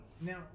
Now